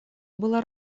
было